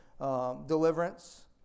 deliverance